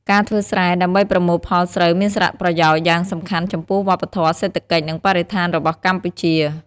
ការធ្វើស្រែ ដើម្បីប្រមូលផលស្រូវមានសារៈប្រយោជន៍យ៉ាងសំខាន់ចំពោះវប្បធម៌ សេដ្ឋកិច្ច និងបរិស្ថានរបស់កម្ពុជា។